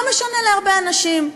לא משנה להרבה אנשים,